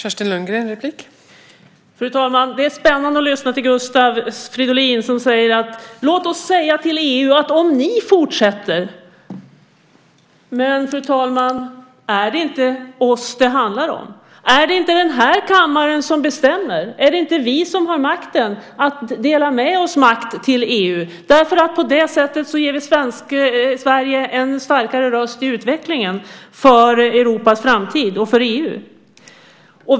Fru talman! Det är spännande att lyssna till Gustav Fridolin, som säger: Låt oss säga till EU att om ni fortsätter . Men, fru talman, är det inte oss det handlar om? Är det inte den här kammaren som bestämmer? Är det inte vi som har makten att dela med oss makt till EU, därför att vi på det sättet ger Sverige en starkare röst i utvecklingen för Europas framtid och för EU?